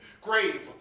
grave